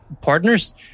partners